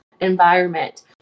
environment